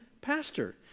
pastor